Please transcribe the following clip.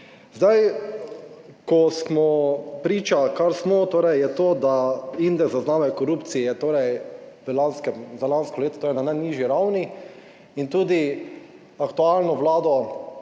izvaja. Ko smo priča, kar smo torej je to, da indeks zaznave korupcije torej za lansko leto, to je na najnižji ravni in tudi aktualno vlado